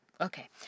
Okay